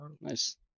Nice